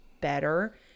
better